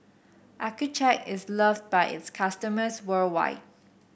Accucheck is love by its customers worldwide